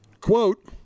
Quote